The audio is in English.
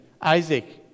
Isaac